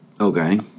Okay